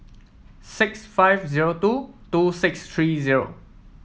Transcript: six five zero two two six three zero